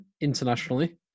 internationally